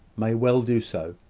may well do so.